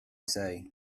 say